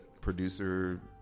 producer